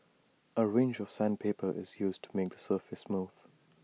A range of sandpaper is used to make the surface smooth